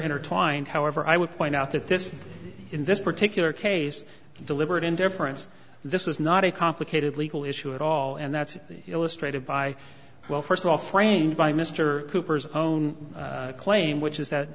intertwined however i would point out that this is in this particular case deliberate indifference this is not a complicated legal issue at all and that's illustrated by well first of all framed by mr cooper's own claim which is that